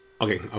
Okay